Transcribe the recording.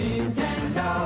Nintendo